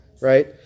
right